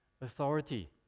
authority